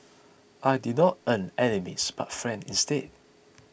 I did not earn enemies but friends instead